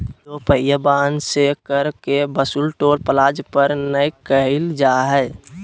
दो पहिया वाहन से कर के वसूली टोल प्लाजा पर नय कईल जा हइ